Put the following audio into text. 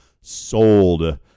sold